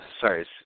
sorry